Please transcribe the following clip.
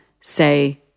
say